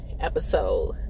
episode